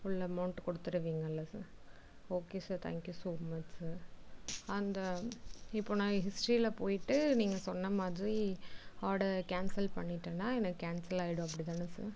full amount கொடுத்துருவீங்கல்ல sir okay sir thank you so much sir அந்த இப்போது நான் ஹிஸ்ட்ரியில் போய்விட்டு நீங்கள் சொன்ன மாதிரி ஆர்டரை கேன்சல் பண்ணிட்டேனா எனக்கு கேன்சல் ஆகிடும் அப்படி தானே சார்